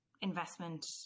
investment